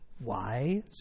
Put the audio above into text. wise